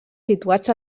situats